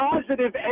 positive